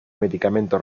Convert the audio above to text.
medicamento